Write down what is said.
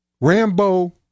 Rambo